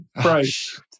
price